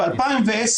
ב-2010,